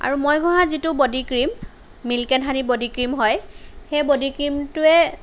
আৰু মই ঘঁহা যিটো body cream milk and honey body cream হয় সেই বডি ক্ৰীমটোৱে